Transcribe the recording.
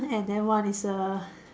and then one is a